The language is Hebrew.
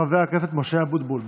חבר הכנסת משה אבוטבול,